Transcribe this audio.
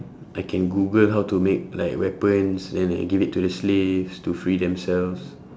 I can google how to make like weapons then like give it to the slaves to free themselves